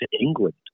England